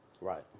Right